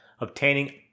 Obtaining